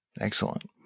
Excellent